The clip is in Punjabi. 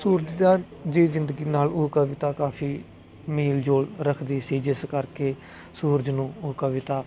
ਸੂਰਜ ਦਾ ਜੇ ਜਿੰਦਗੀ ਨਾਲ ਉਹ ਕਵਿਤਾ ਕਾਫੀ ਮੇਲ ਜੋਲ ਰੱਖਦੀ ਸੀ ਜਿਸ ਕਰਕੇ ਸੂਰਜ ਨੂੰ ਉਹ ਕਵਿਤਾ